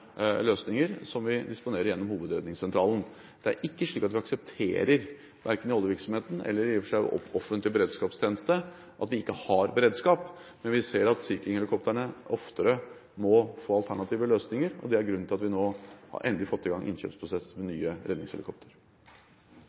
løsninger, som vi disponerer gjennom Hovedredningssentralen. Det er ikke slik at vi aksepterer – verken i oljevirksomheten eller i og for seg i offentlig beredskapstjeneste – at vi ikke har beredskap, men vi ser at Sea King-helikoptrene oftere må få alternative løsninger. Det er grunnen til at vi endelig har fått i gang innkjøpsprosessen for nye